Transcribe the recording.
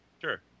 Sure